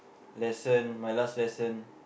lesson my last lesson